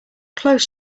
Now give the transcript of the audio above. close